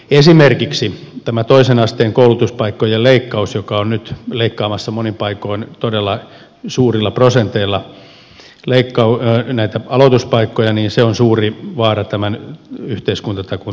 esimerkiksi tämä toisen asteen koulutuspaikkojen leikkaus joka on nyt leikkaamassa monin paikoin todella suurilla prosenteilla näitä aloituspaikkoja on suuri vaara tämän yhteiskuntatakuun toteutumiselle